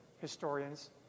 historians